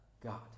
God